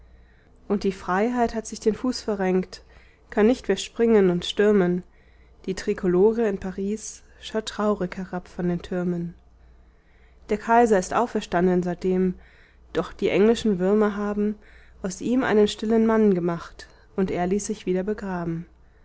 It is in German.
und die freiheit hat sich den fuß verrenkt kann nicht mehr springen und stürmen die trikolore in paris schaut traurig herab von den türmen der kaiser ist auferstanden seitdem doch die englischen würmer haben aus ihm einen stillen mann gemacht und er ließ sich wieder begraben